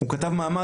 הוא כתב מאמר,